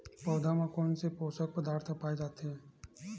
पौधा मा कोन से पोषक पदार्थ पाए जाथे?